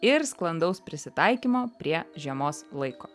ir sklandaus prisitaikymo prie žiemos laiko